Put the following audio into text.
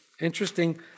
Interesting